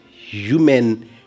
human